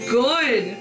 good